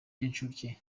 ry’incuke